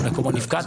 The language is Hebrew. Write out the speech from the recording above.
ומקומו נפקד.